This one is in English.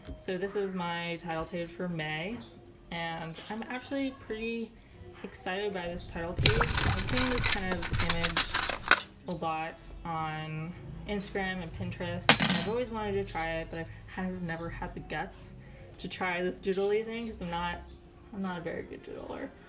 so this is my title page for may and i'm actually pretty excited by this title page. i've seen this kind of image a lot on instagram and pinterest and i've always wanted to try it but i've kind of never had the guts to try this doodle thing. i'm not i'm not a very good doodler.